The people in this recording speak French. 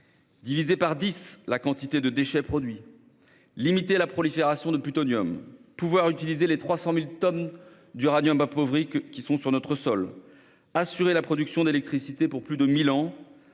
Diviser par dix la quantité de déchets produits, limiter la prolifération de plutonium, pouvoir utiliser les 300 000 tonnes d'uranium appauvri disponibles sur notre sol, assurer la production d'électricité pour plus de 1 000 ans